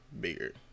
bigger